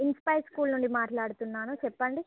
inspire School నుండి మాట్లాడుతున్నాను చెప్పండి